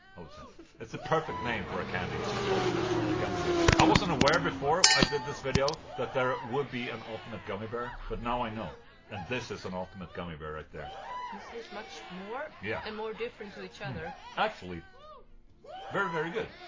i would say it's a perfect name for a candy, it's just ultimate gummy bears i wasn't aware before i did this video that there would be an ultimate gummy bear, but now i know and this is an ultimate gummy bear right there this is much more yeah and more different to eachother actually very very good